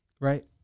Right